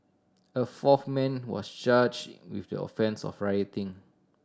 a fourth man was charged with the offence of rioting